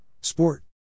Sport